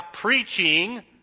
preaching